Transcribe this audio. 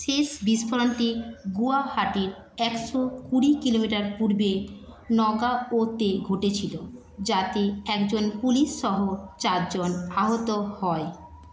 শেষ বিস্ফোরণটি গুয়াহাটির একশো কুড়ি কিলোমিটার পূর্বে নগাঁওতে ঘটেছিল যাতে একজন পুলিশ সহ চারজন আহত হয়